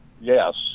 Yes